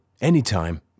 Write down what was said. anytime